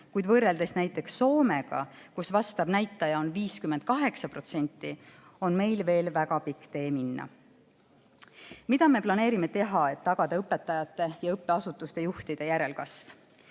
kuid võrreldes näiteks Soomega, kus vastav näitaja on 58%, on meil veel väga pikk tee minna. Mida me planeerime teha, et tagada õpetajate ja õppeasutuste juhtide järelkasv?